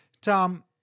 Tom